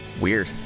Weird